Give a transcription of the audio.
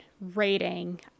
Rating